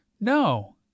no